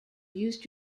used